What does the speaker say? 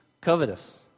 covetous